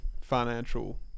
financial